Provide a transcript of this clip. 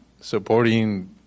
supporting